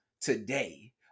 today